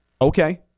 Okay